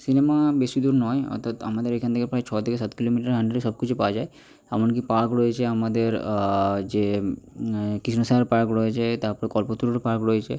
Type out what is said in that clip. cinema বেশি দূর নয় অর্থাৎ আমাদের এখান থেকে প্রায় ছ থেকে সাত কিলোমিটারের আন্ডারে সব কিছু পাওয়া যায় এমন কি পার্ক রয়েছে আমাদের যে কৃষ্ণসায়র পার্ক রয়েছে তার পরে কল্পতরু পার্ক রয়েছে